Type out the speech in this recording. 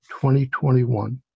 2021